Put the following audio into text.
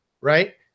right